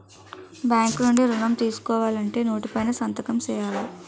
bank నుండి ఋణం తీసుకోవాలంటే నోటు పైన సంతకం సేయాల